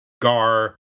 Gar